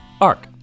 Arc